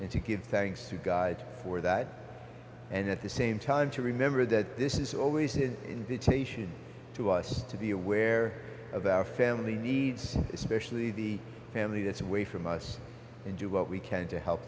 and to give thanks to god for that and at the same time to remember that this is always an invitation to us to be aware of our family needs especially the family that's away from us and do what we can to help